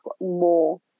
more